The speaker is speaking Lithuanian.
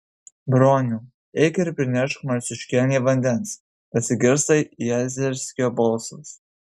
broniau eik ir prinešk marciuškienei vandens pasigirsta jazerskio balsas